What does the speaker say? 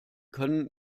können